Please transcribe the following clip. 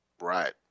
Right